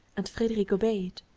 and frederic obeyed.